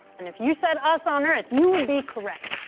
and if you said us on earth, you would be correct.